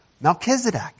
Melchizedek